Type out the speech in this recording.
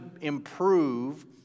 improve